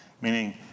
Meaning